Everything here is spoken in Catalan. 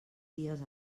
dies